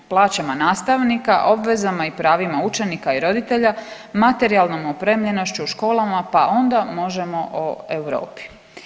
Plaćama nastavnika, obvezama i pravima učenika i roditelja, materijalnom opremljenošću u školama pa onda možemo o Europi.